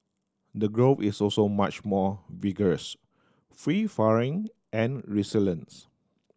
the growth is also much more vigorous free and resilience